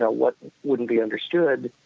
so what wouldn't be understood,